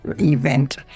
event